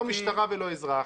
לא משטרה ולא אזרח.